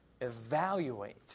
Evaluate